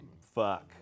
Fuck